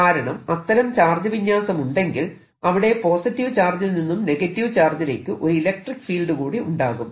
കാരണം അത്തരം ചാർജ് വിന്യാസമുണ്ടെങ്കിൽ അവിടെ പോസിറ്റീവ് ചാർജിൽ നിന്നും നെഗറ്റീവ് ചാർജിലേക്ക് ഒരു ഇലക്ട്രിക്ക് ഫീൽഡ് കൂടി ഉണ്ടാകും